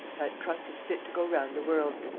that trunk is fit to go round the world.